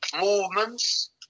movements